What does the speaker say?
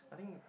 I think